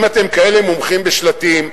אם אתם כאלה מומחים בשלטים,